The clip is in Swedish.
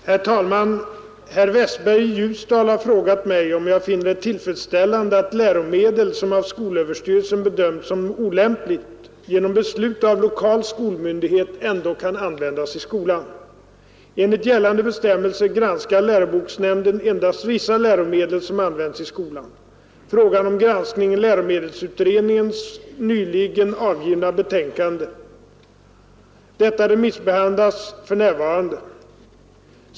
Herr talman! Herr Westberg i Ljusdal har frågat mig, om jag finner det tillfredsställande att läromedel, som av skolöverstyrelsen bedömts som olämpligt, genom beslut av lokal skolmyndighet ändå kan användas i skolan. Enligt gällande bestämmelser granskar läroboksnämnden endast vissa läromedel som används i skolan. Frågan om granskning behandlas i läromedelsutredningens nyligen avgivna betänkande. Detta remissbehandlas för närvarande.